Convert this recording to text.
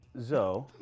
Zoe